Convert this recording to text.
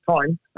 time